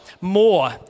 more